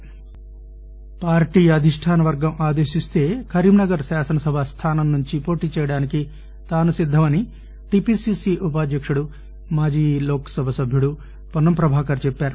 Ponnam party అధిష్టానవర్గం ఆదేశిస్తే కరీంనగర్ శాసనసభా స్థానం నుంచి పోటీ చేయడానికి తాను సిద్దమని టిపిసిసి ఉపాధ్యకుడు మాజీ లోక్ సభ సభ్యుడు వొన్నం ప్రభాకర్ చెప్పారు